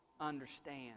understand